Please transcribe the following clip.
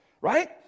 right